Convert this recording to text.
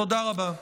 תודה רבה.